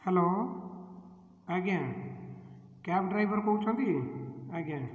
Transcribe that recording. hello ଆଜ୍ଞା cab driver କହୁଛନ୍ତି ଆଜ୍ଞା